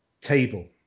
table